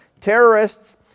Terrorists